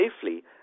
safely